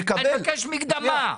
אני מבקש מקדמה.